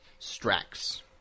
Strax